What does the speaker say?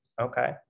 okay